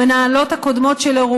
למנהלות הקודמות שלו,